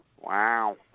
Wow